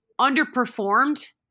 underperformed